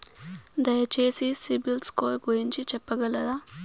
దయచేసి CIBIL score గురించి చెప్పగలరా?